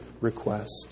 request